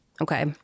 Okay